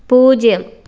പൂജ്യം